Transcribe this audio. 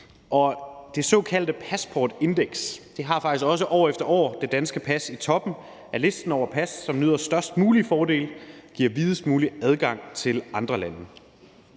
Og det såkaldte Passport Index har faktisk år efter år det danske pas i toppen af listen over pas, som man nyder de størst mulige fordele med, og som giver videst mulig adgang til andre lande.